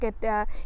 Get